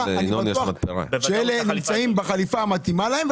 אני בטוח שאלה נמצאים בחליפה המתאימה להם,